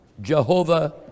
Jehovah